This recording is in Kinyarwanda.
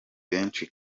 benshi